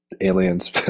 aliens